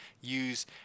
Use